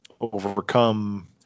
overcome